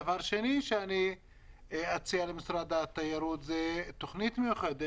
דבר שני שאני אציע למשרד התיירות זאת תכנית מיוחדת.